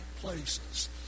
places